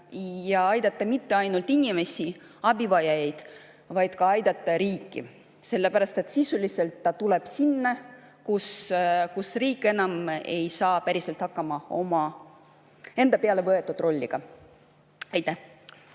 aidata mitte ainult inimesi, abivajajaid, vaid aidata ka riiki, sellepärast et sisuliselt ta tuleb sinna, kus riik enam ei saa päriselt hakkama enda peale võetud rolliga. Enne,